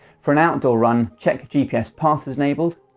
for an outdoor run, check gps path is enabled.